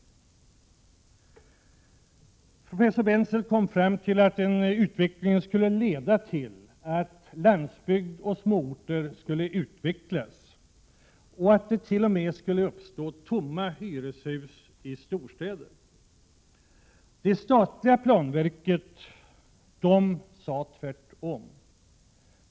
Professor Bentzel kom fram till att den utvecklingen skulle leda till att landsbygd och småorter skulle utvecklas och att den t.o.m. skulle ge upphov till tomma hyreshus i storstäder. Det statliga planverket sade tvärtom.